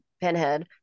pinhead